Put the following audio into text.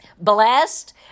blessed